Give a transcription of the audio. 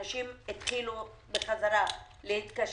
אנשים חזרו להתקשר,